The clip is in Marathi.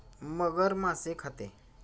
मगर मासे खाते